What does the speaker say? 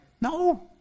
No